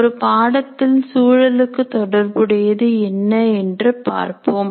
ஒரு பாடத்தில் சூழலுக்கு தொடர்புடையது என்ன என்று பார்ப்போம்